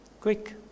Quick